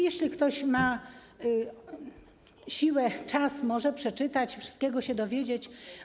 Jeśli ktoś ma siłę, czas, to może przeczytać i wszystkiego się dowiedzieć.